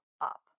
up